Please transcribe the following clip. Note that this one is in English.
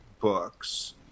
books